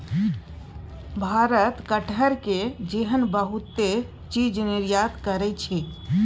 भारत कटहर, केरा जेहन बहुते चीज निर्यात करइ छै